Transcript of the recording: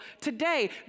today